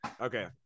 Okay